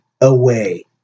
away